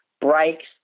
breaks